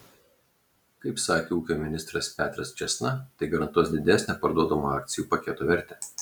kaip sakė ūkio ministras petras čėsna tai garantuos didesnę parduodamo akcijų paketo vertę